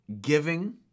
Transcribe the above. giving